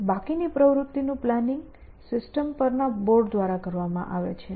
પછી બાકીની પ્રવૃત્તિનું પ્લાનિંગ સિસ્ટમ પર ના બોર્ડ દ્વારા કરવામાં આવે છે